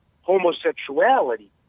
homosexuality